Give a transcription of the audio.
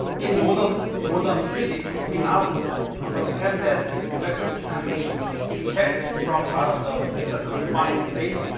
in modern modern physics, we now understand that these electrons can be is kept from out of the the confined state,